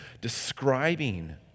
describing